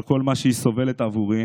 על כל מה שהיא סובלת בעבורי